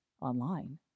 online